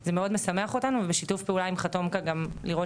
זה מאוד משמח אותנו ובשת"פ עם --- גם לראות